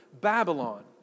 Babylon